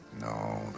No